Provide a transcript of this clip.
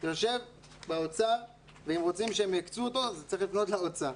זה יושב באוצר ‏ואם רוצים שהם יקצו אותו צריך לפנות לאוצר.